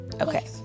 Okay